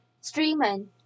streaming